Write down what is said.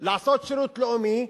לעשות שירות לאומי,